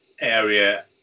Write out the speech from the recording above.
Area